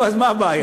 נו, אז מה הבעיה?